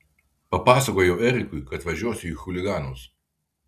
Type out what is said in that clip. papasakojau erikui kad važiuosiu į chuliganus